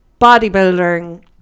bodybuilding